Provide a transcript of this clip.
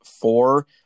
four